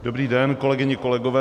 Dobrý den, kolegyně, kolegové.